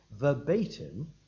verbatim